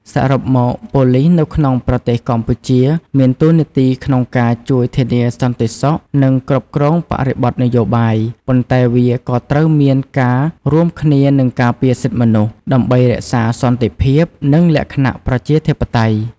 សរុបមកប៉ូលីសនៅក្នុងប្រទេសកម្ពុជា មានតួនាទីក្នុងការជួយធានាសន្តិសុខ និងគ្រប់គ្រងបរិបទនយោបាយ ប៉ុន្តែវាក៏ត្រូវតែមានការរួមគ្នានឹងការពារសិទ្ធិមនុស្ស ដើម្បីរក្សាសន្តិភាព និងលក្ខណៈប្រជាធិបតេយ្យ។